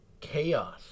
Chaos